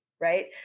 right